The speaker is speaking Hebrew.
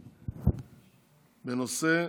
בנושא: